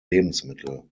lebensmittel